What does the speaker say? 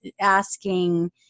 asking